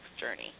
journey